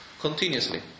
continuously